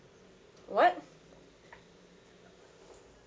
what